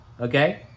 okay